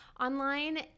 online